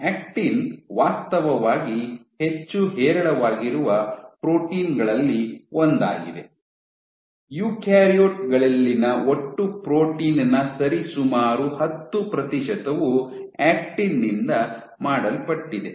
actin ವಾಸ್ತವವಾಗಿ ಹೆಚ್ಚು ಹೇರಳವಾಗಿರುವ ಪ್ರೋಟೀನ್ಗಳಲ್ಲಿ ಒಂದಾಗಿದೆ ಯುಕ್ಯಾರಿಯೋಟ್ ಗಳಲ್ಲಿನ ಒಟ್ಟು ಪ್ರೋಟೀನ್ ನ ಸರಿಸುಮಾರು ಹತ್ತು ಪ್ರತಿಶತವು ಆಕ್ಟಿನ್ ನಿಂದ ಮಾಡಲ್ಪಟ್ಟಿದೆ